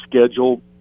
schedule